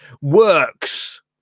works